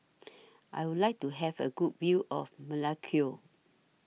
I Would like to Have A Good View of Melekeok